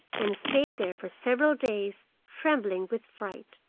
and stayed there for several days, trembling with fright.